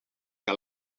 que